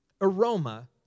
aroma